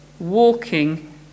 walking